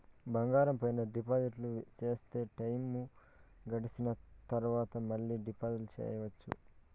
బంగారం పైన డిపాజిట్లు సేస్తే, టైము గడిసిన తరవాత, మళ్ళీ డిపాజిట్లు సెయొచ్చా?